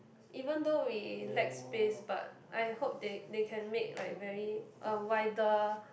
even though we lack space but I hope they they can make like very a wider